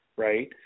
right